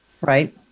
Right